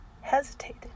hesitated